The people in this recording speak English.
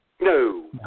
No